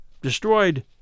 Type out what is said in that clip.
destroyed